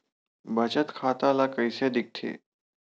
बचत खाता ला कइसे दिखथे?